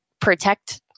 protect